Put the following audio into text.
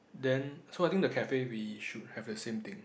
then so I think the cafe we should have the same thing